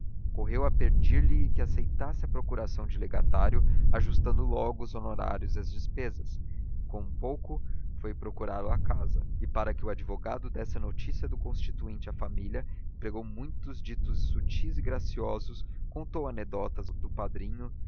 correu a pedir-lhe que aceitasse a procuração de legatário ajustando logo os honorários e as despesas com pouco foi procurá-lo a casa e para que o advogado desse a notícia do constituinte à família empregou muitos ditos subtis e graciosos contou anedotas do padrinho